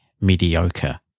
mediocre